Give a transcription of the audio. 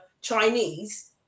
Chinese